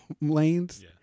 lanes